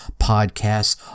podcasts